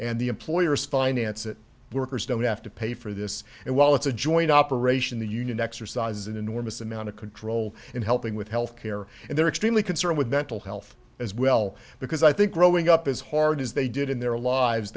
and the employers finance it workers don't have to pay for this and while it's a joint operation the union exercises an enormous amount of control in helping with health care and they're extremely concerned with mental health as well because i think growing up as hard as they did in their lives